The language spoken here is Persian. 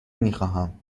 میخواهم